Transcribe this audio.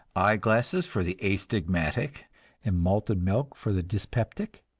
eye-glasses for the astigmatic and malted milk for the dyspeptic?